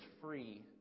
free